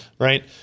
right